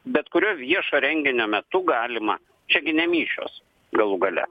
bet kurio viešo renginio metu galima čia gi ne mišios galų gale